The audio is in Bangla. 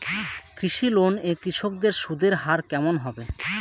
কৃষি লোন এ কৃষকদের সুদের হার কেমন হবে?